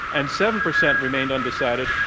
and seven percent remained undecided.